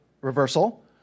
reversal